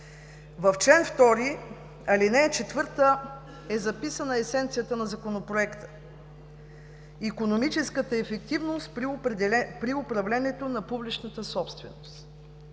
в чл. 2, ал. 4 е записана есенцията на Законопроекта: икономическата ефективност при управлението на публичната собственост.